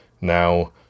now